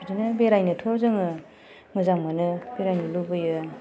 बिदिनो बेरायनोथ' जोङो मोजां मोनो बेरायनो लुबैयो